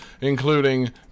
including